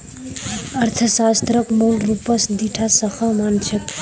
अर्थशास्त्रक मूल रूपस दी टा शाखा मा न छेक